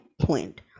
point